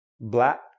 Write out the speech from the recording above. black